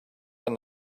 than